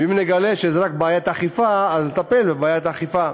ואם נגלה שזה רק בעיית אכיפה, נטפל בבעיית האכיפה.